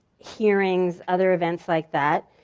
hearings, other events like that.